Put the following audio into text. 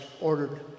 ordered